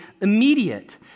immediate